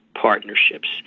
partnerships